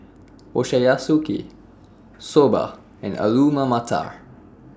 Ochazuke Soba and Alu Matar